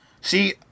see